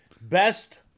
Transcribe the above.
best